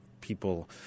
people